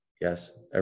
Yes